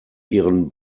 ihren